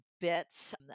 bits